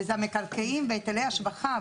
זה המקרקעים והיטלי השבחה,